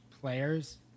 players